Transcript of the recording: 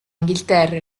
inghilterra